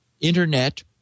Internet